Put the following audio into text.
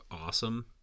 awesome